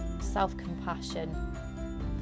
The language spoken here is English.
self-compassion